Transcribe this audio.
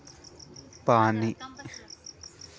पाणीमझारला जीव जंतू गोड पाणीना परिस्थितीक तंत्रले बनाडी ठेवतस